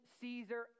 Caesar